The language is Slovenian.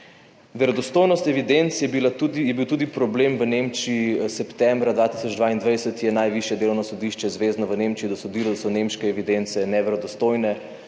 Verodostojnost evidenc je bila tudi je bil tudi problem v Nemčiji septembra 2022 je najvišje delovno sodišče zvezno v Nemčiji dosodilo, da so nemške evidence neverodostojne,